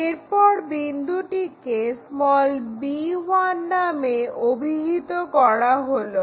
এরপর বিন্দুটিকে b1 নামে অভিহিত করা হলো